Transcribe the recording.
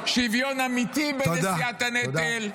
שוויון אמיתי בנשיאת הנטל -- תודה.